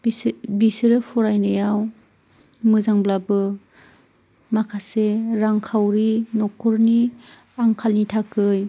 बिसोरो फरायनायाव मोजांब्लाबो माखासे रांखावरि नख'रनि आंखालनि थाखाय